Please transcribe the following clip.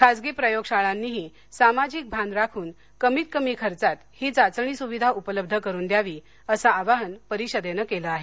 खासगी प्रयोगशाळांनीही सामाजिक भान राखून कमीत कमी खर्चात ही चाचणी सुविधा उपलब्ध करून द्यावी असं आवाहन परिषदेनं केलं आहे